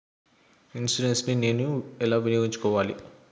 Insurance ని నేను ఎలా వినియోగించుకోవాలి?